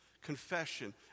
confession